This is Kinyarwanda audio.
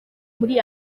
muri